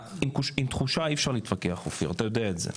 עם תחושה אי אפשר להתווכח, אופיר, אתה יודע את זה.